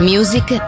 Music